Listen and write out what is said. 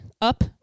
up